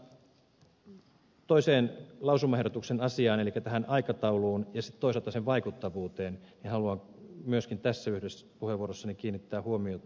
mutta toiseen lausumaehdotuksen asiaan elikkä tähän aikatauluun ja sitten toisaalta lain vaikuttavuuteen haluan myöskin tässä yhteydessä puheenvuorossani kiinnittää huomiota